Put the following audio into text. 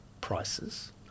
prices